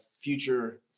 future